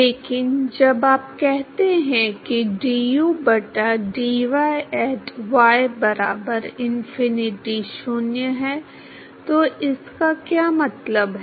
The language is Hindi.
लेकिन जब आप कहते हैं कि du बटा dy एट y बराबर इन्फिनिटी 0 है तो इसका क्या मतलब है